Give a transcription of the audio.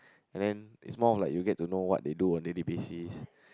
and then is more like you get to know what they do on daily basis